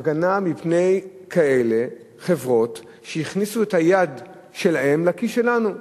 הגנה מפני כאלה חברות שהכניסו את היד שלהן לכיס שלנו.